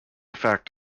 fact